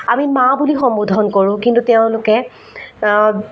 আমি মা বুলি সম্বোধন কৰোঁ কিন্তু তেওঁলোকে